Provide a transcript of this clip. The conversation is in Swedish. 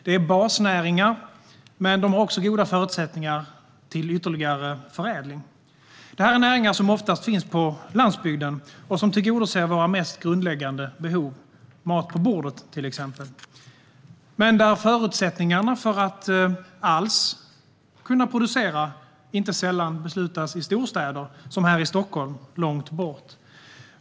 Det är basnäringar, men de har också goda förutsättningar till ytterligare förädling. Det här är näringar som oftast finns på landsbygden och som tillgodoser våra mest grundläggande behov - mat på bordet till exempel. Men förutsättningarna för att alls kunna producera beslutas inte sällan i storstäder långt bort, till exempel här i Stockholm.